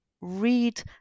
read